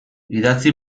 idatzi